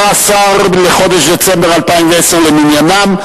14 בחודש דצמבר 2010 למניינם,